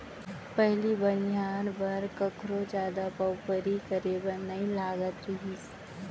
पहिली बनिहार बर कखरो जादा पवपरी करे बर नइ लागत रहिस